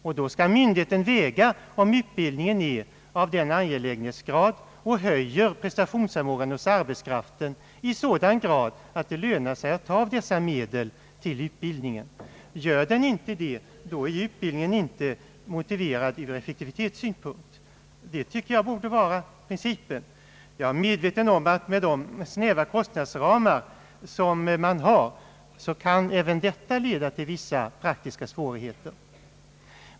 Myndigheterna måste då väga om utbildningen är så angelägen och höjer presta tionsförmågan i sådan grad att det lönar sig att ta av dessa medel till utbildningen. Gör det inte det är utbildningen inte motiverad ur effektivitetssynpunkt. Det tycker jag borde vara principen. Jag är medveten om att med de snäva kostnadsramar som man har kan även detta leda till vissa praktiska svårigheter.